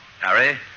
Harry